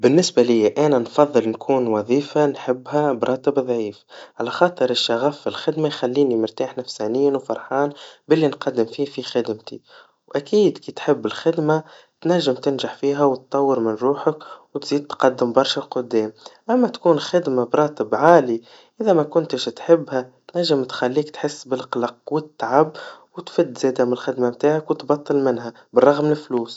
بالنسبا ليا أنا نفضل نكون وظيفا نحبها براتب ضعيف, على خاطر الشغف في الخدما يخيني مرتاح نفسانياً وفرحان باللي نقدم فيه في خدمتي, وأكيد كي تحب الخدما, تنجم تنجح فيها, وتطور من روحك, وتزيد تقدم برشا قدام, أما تكون خدما براتب عالي, إذا ما كنتش تحبها تنجم تخليك تحس بالقلق والتعب, وتفد ذاتها مالخدما متاعك وتبطل منها, بالرغم مالفلوس.